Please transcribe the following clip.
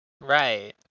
Right